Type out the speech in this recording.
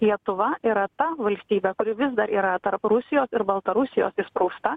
lietuva yra ta valstybė kuri vis dar yra tarp rusijos ir baltarusijos įsprausta